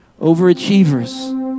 Overachievers